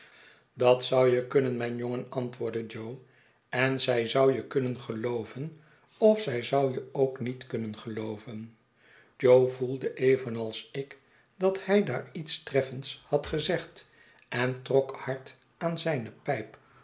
dat zouje kunnen mijn jongen antwoordde jo en zij zou je kunnen gelooven of zij zou je ook niet kunnen gelooven jo voelde evenals ik dat hij daar iets treffends had gezegd en trok hard aan zijne pijp